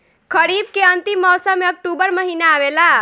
खरीफ़ के अंतिम मौसम में अक्टूबर महीना आवेला?